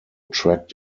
tracked